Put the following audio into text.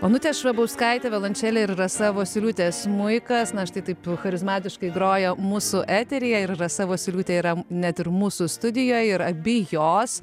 onutė švabauskaitė violončelė ir rasa vosyliūtė smuikas na štai taip tu charizmatiškai groja mūsų eteryje ir rasa vosyliūtė yra net ir mūsų studijoj ir abi jos